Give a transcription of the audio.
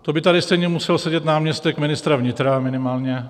To by tady stejně musel sedět náměstek ministra vnitra minimálně.